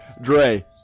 dre